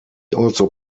also